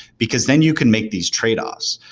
because then you can make these trade offs.